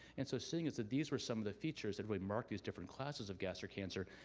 and so seeing as that these were some of the features that marked these different classifies of gastric cancer,